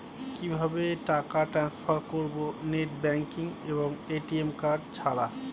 কিভাবে টাকা টান্সফার করব নেট ব্যাংকিং এবং এ.টি.এম কার্ড ছাড়া?